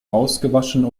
ausgewaschen